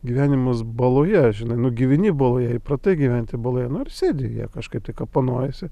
gyvenimas baloje žinai nu gyveni baloje įpratai gyventi baloje nu ir sėdi jie kažkaip kapanojasi